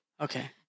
Okay